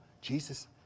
Jesus